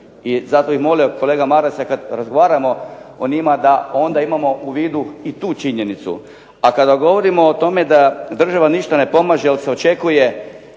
i zato bih molio kolega Maras, kad razgovaramo o njima da onda imamo u vidu i tu činjenicu, a kada govorimo o tome da država ništa ne pomaže jer se očekuje